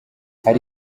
hari